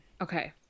Okay